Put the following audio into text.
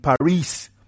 Paris